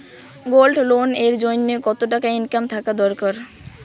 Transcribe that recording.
Gold loan এর জইন্যে কতো টাকা ইনকাম থাকা দরকার?